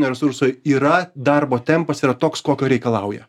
resursai yra darbo tempas yra toks kokio reikalauja